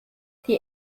die